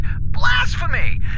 Blasphemy